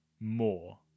more